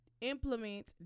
implement